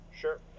sure